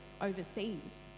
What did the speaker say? overseas